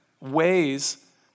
ways